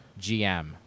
GM